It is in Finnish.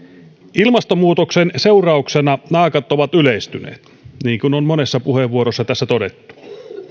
ilmastonmuutoksen seurauksena naakat ovat yleistyneet niin kuin on monessa puheenvuorossa tässä todettu